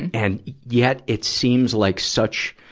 and yet, it seems like such,